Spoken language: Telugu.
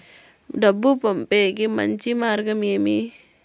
డబ్బు పంపేకి మంచి మార్గం ఏమి